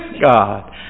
God